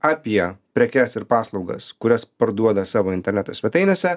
apie prekes ir paslaugas kurias parduoda savo interneto svetainėse